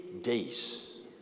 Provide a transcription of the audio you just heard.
days